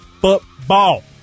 football